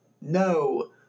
no